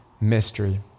mystery